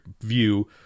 view